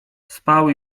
spał